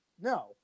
No